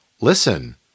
listen